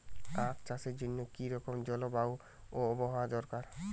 আখ চাষের জন্য কি রকম জলবায়ু ও আবহাওয়া দরকার?